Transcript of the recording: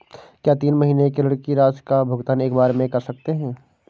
क्या तीन महीने के ऋण की राशि का भुगतान एक बार में कर सकते हैं?